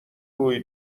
روی